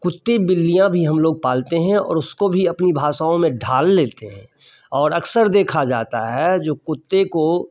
कुत्ते बिल्लियाँ भी हम लोग पालते हैं और उसको भी अपनी भाषाओं में ढाल लेते हैं और अक्सर देखा जाता है जो कुत्ते को